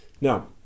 Now